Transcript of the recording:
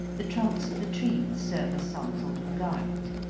the trunks of the trees serve as some sort of guide.